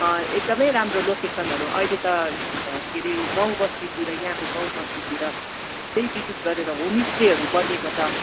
एकदमै राम्रो लोकेसनहरू अहिले त के हरे गाउँ बस्तीतिर यहाँको गाउँ बस्तीतिर थुप्रै विशेष गरेर होमस्टेहरू बनेको छ